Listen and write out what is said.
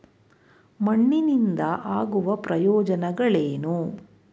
ಮಣ್ಣಿನಿಂದ ಆಗುವ ಪ್ರಯೋಜನಗಳೇನು?